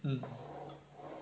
mm